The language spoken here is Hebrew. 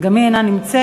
גם היא אינה נמצאת,